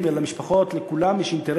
שלא ייקרא